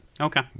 Okay